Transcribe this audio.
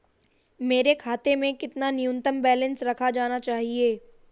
मेरे खाते में कितना न्यूनतम बैलेंस रखा जाना चाहिए?